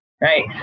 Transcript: right